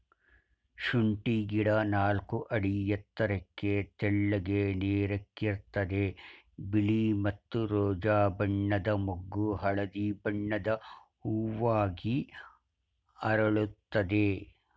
ಶುಂಠಿ ಗಿಡ ನಾಲ್ಕು ಅಡಿ ಎತ್ತರಕ್ಕೆ ತೆಳ್ಳಗೆ ನೇರಕ್ಕಿರ್ತದೆ ಬಿಳಿ ಮತ್ತು ರೋಜಾ ಬಣ್ಣದ ಮೊಗ್ಗು ಹಳದಿ ಬಣ್ಣದ ಹೂವಾಗಿ ಅರಳುತ್ತದೆ